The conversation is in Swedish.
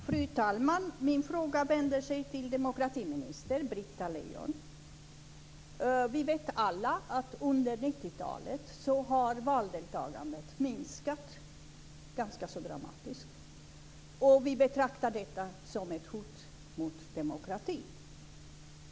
Fru talman! Min fråga vänder sig till demokratiminister Britta Lejon. Vi vet alla att under 90-talet har valdeltagandet minskat ganska så dramatiskt. Vi betraktar detta som ett hot mot demokratin.